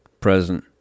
present